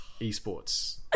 Esports